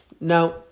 Now